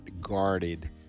guarded